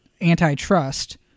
antitrust